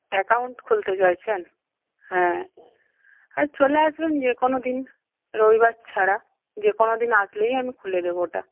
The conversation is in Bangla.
অ্যাকাউন্ট খুলতে চাইছেন হ্যাঁ হ্যাঁ চলে আসবেন যে কোনোদিন রবিবার ছাড়া যে কোনোদিন আসলেই আমি খুলে দেবো ওটা